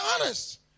honest